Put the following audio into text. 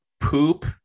Poop